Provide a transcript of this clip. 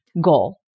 goal